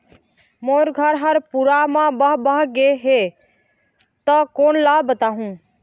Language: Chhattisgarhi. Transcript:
मोर घर हा पूरा मा बह बह गे हे हे ता कोन ला बताहुं?